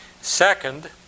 Second